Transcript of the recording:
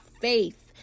faith